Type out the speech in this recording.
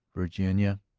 virginia,